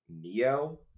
Neo